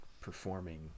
performing